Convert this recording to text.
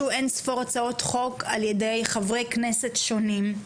דנים בנושא זה והוגשו אין ספור הצעות חוק על ידי חברי כנסת שונים.